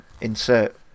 insert